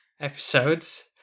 episodes